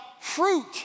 fruit